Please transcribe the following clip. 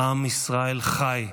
"עם ישראל חי",